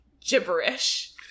gibberish